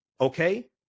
Okay